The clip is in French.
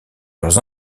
leurs